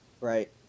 right